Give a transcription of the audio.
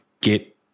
get